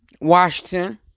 Washington